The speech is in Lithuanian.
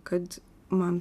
kad man